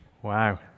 Wow